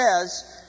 says